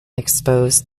exposed